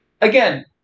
again